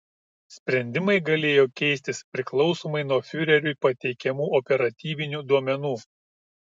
sprendimai galėjo keistis priklausomai nuo fiureriui pateikiamų operatyvinių duomenų